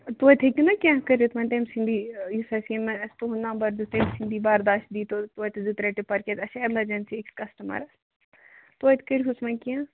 توتہِ ہیٚکِو نا کیٚنٛہہ کٔرِتھ وۅنۍ تٔمۍ سٕنٛدی یُس اَسہِ تُہُنٛد نَمبر دیُت تٔمی سٕنٛدی برداش دِتو توتہِ زٕ ترے ٹِپَر کیٛازِ اَسہِ چھِ ایمَرجینسی أکِس کَسٹَمَرَس توتہِ کٔرۍزہوس وۅنۍ کیٚنٛہہ